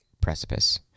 precipice